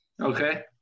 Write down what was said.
Okay